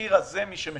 האומר שמה שהיה,